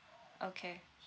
okay